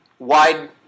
wide